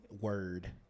Word